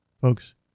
Folks